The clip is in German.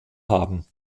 haben